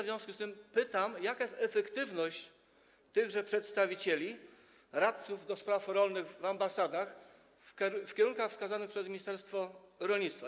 W związku z tym pytam, jaka jest efektywność tychże przedstawicieli - radców do spraw rolnych w ambasadach, jeśli chodzi o kierunki wskazane przez ministerstwo rolnictwa.